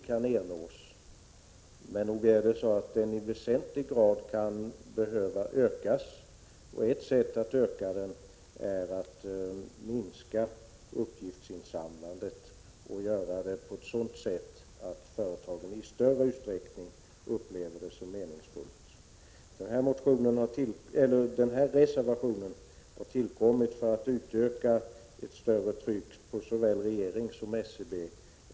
Men nog behöver den ändå i väsentlig grad ökas, och ett sätt att förbättra den är att minska uppgiftsinsamlandet och genomföra det på ett sådant sätt att företagen i större utsträckning upplever det som meningsfullt. Reservationen har tillkommit för att bidra till ett större tryck på såväl regering som SCB.